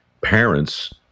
parents